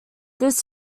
this